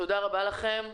תודה רבה לכם.